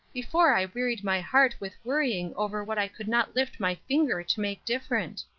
before i wearied my heart with worrying over what i could not lift my finger to make different!